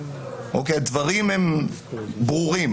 הדברים הם ברורים.